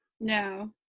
No